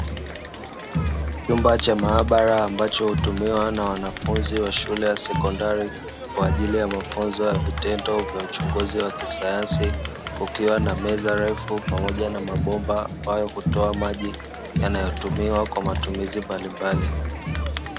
Chumba cha maabara ambacho hutumiwa na wanafunzi wa shule ya sekondari kwa ajili ya mafunzo ya vitendo vya uchunguzi wa kisayansi, kukiwa na meza refu pamoja na mabomba ambayo hutoa maji yanayotumiwa kwa matumizi mbalimbali.